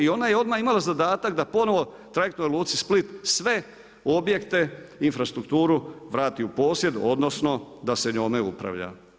I ona je odmah imala zadatak da ponovno trajektnoj luci Split sve objekte, infrastrukturu vrati u posjed odnosno da se njome upravlja.